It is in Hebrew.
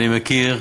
אני מכיר,